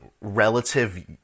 relative